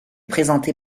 présenté